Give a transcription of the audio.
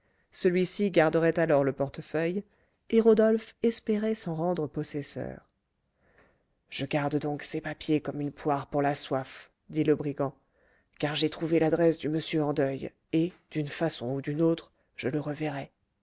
celui-ci garderait alors le portefeuille et rodolphe espérait s'en rendre possesseur je garde donc ces papiers comme une poire pour la soif dit le brigand car j'ai trouvé l'adresse du monsieur en deuil et d'une façon ou d'une autre je le reverrai